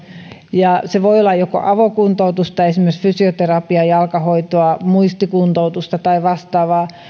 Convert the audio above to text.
ja se voi olla avokuntoutusta esimerkiksi fysioterapiaa jalkahoitoa muistikuntoutusta tai vastaavaa